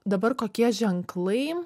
dabar kokie ženklai